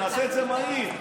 נעשה את זה מהיר.